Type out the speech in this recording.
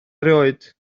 erioed